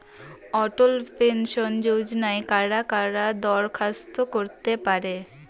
অটল pension যোজনায় কারা কারা দরখাস্ত করতে পারে?